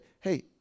Hey